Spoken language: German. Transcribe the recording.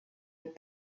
mit